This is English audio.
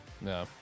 no